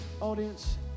audience